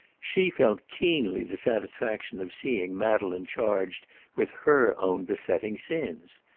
she felt keenly the satisfaction of seeing madeleine charged with her own besetting sins.